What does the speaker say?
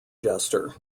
jester